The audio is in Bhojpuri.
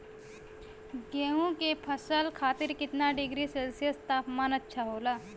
गेहूँ के फसल खातीर कितना डिग्री सेल्सीयस तापमान अच्छा होला?